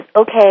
okay